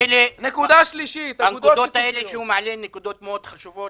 הנקודות האלה שהוא מעלה הן נקודות מאוד חשובות.